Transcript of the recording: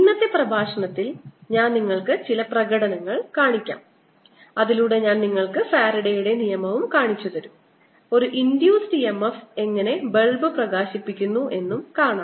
ഇന്നത്തെ പ്രഭാഷണത്തിൽ ഞാൻ നിങ്ങൾക്ക് ചില പ്രകടനങ്ങൾ കാണിക്കാൻ പോകുന്നു അതിലൂടെ ഞാൻ നിങ്ങൾക്ക് ഫാരഡെയുടെ നിയമം കാണിച്ചുതരും ഒരു ഇൻഡ്യൂസ്ഡ് EMF എങ്ങനെ ബൾബ് പ്രകാശിപ്പിക്കുന്നു എന്നും കാണാം